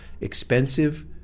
expensive